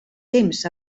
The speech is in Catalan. temps